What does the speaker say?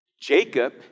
Jacob